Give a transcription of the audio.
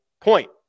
point